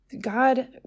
God